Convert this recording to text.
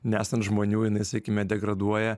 nesant žmonių jinai sakykime degraduoja